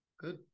Good